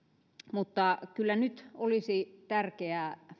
mutta kyllä nyt olisi tärkeää